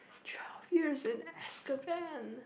twelve years in Azkaban